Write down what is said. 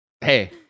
Hey